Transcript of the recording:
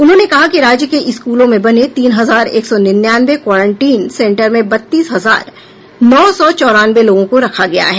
उन्होंने कहा कि राज्य के स्कूलों में बने तीन हजार एक सौ निन्यानवे क्वारेंटीन सेंटर में बत्तीस हजार नौ सौ चौरानवे लोगों को रखा गया है